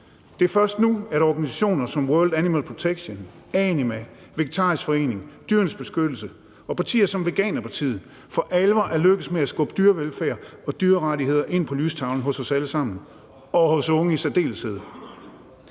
Det er først nu, at organisationer som World Animal Protection, Anima, Dansk Vegetarisk Forening, Dyrenes Beskyttelse og partier som Veganerpartiet for alvor er lykkedes med at skubbe dyrevelfærd og dyrerettigheder ind på lystavlen hos os alle sammen og hos unge i særdeleshed.